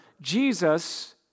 Jesus